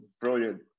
brilliant